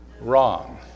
Wrong